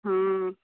ହଁ